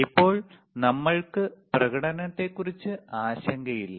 ഇപ്പോൾ നമ്മൾക്ക് പ്രകടനത്തെക്കുറിച്ച് ആശങ്കയില്ല